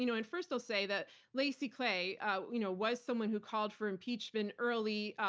you know and first i'll say that lacy clay you know was someone who called for impeachment early,